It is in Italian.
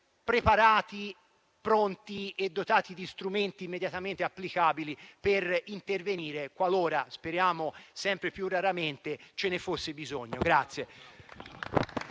preparati, pronti e dotati di strumenti immediatamente applicabili per intervenire qualora - speriamo sempre più raramente - ce ne fosse bisogno.